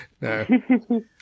No